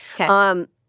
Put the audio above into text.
Okay